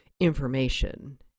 information